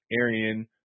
Arian